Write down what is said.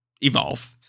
Evolve